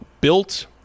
built